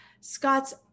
Scott's